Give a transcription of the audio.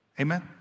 Amen